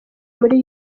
muri